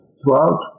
throughout